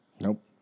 Nope